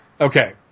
Okay